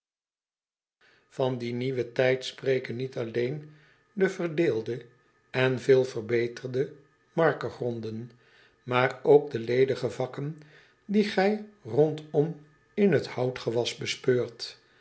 an dien nieuwen tijd spreken niet alleen de verdeelde en veel verbeterde markegronden maar ook de ledige vakken die gij rondom in het houtgewas bespeurt